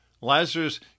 Lazarus